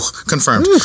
confirmed